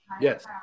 Yes